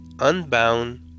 unbound